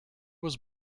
was